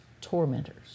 Tormentors